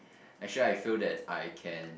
actually I feel that I can